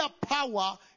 power